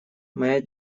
моя